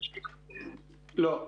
לא.